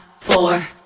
four